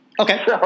Okay